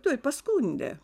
tuoj paskundė